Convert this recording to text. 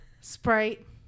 Sprite